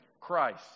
Christ